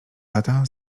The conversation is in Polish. lata